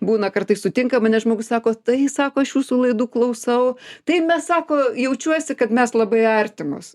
būna kartais sutinka mane žmogus sako tai sako aš jūsų laidų klausau tai mes sako jaučiuosi kad mes labai artimos